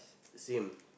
same